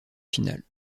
finale